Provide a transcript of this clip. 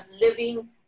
living